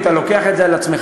אם אתה לוקח את זה על עצמך,